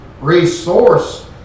resource